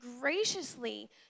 graciously